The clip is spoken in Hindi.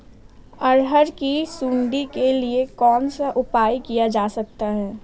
अरहर की सुंडी के लिए कौन सा उपाय किया जा सकता है?